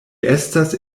estas